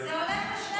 זה הולך לשני הצדדים,